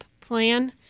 plan